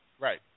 Right